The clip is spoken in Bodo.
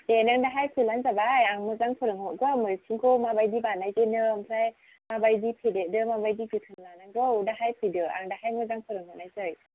दे नों दाहाय फैबानो जाबाय आं मोजां फोरोंहरगोन मैखुनखौ माबायदि बानायजेनो ओमफ्राय माबायदि फेदेरो माबायदि जोथोन लानांगौ दाहाय फैदो आं दाहाय मोजां फोरोंहरनायसै